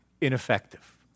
Ineffective